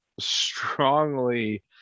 strongly